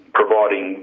providing